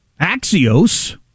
Axios